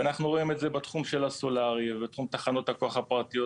אנחנו רואים את זה בתחום של הסולארי ובתחום תחנות הכוח הפרטיות